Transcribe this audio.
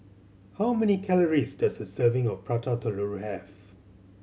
how many calories does a serving of Prata Telur have